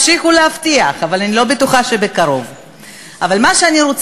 תמשיכו להבטיח, אבל אני לא בטוחה שבקרוב.